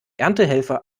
erntehelfer